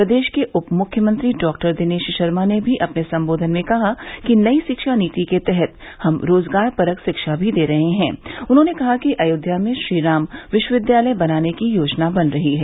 प्रदेश के उप मुख्यमंत्री डॉ दिनेश शर्मा ने भी अपने संबोधन में कहा कि नई शिक्षा नीति के तहत हम रोजगार परक शिक्षा भी दे रहे हैं उन्होंने कहा कि अयोध्या में श्री राम विश्वविद्यालय बनाने की योजना बन रही है